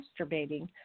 masturbating